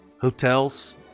Hotels